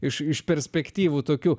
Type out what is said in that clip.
iš perspektyvų tokių